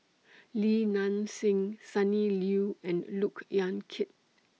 Li Nanxing Sonny Liew and Look Yan Kit